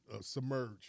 Submerge